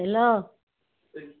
hello